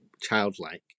childlike